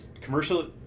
Commercial